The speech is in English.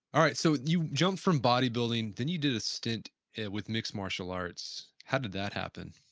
all right, so you jumped from bodybuilding, then you did a stit with mixed martial arts. how did that happen?